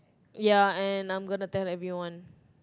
ya and I'm gonna tell everyone